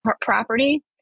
property